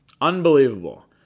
Unbelievable